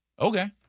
Okay